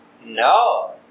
No